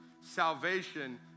Salvation